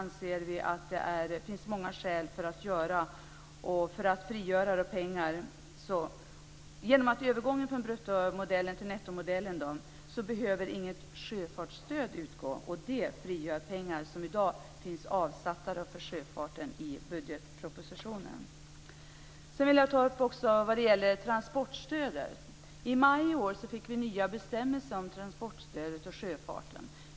Genom en övergång från bruttomodell till nettomodell behöver inget sjöfartsstöd utgå. Det frigör pengar som i dag finns avsatta för sjöfarten i budgetpropositionen. Jag vill ta upp frågan om transportstödet. I maj i år fick vi nya bestämmelser om transportstödet och sjöfarten.